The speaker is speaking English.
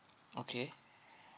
okay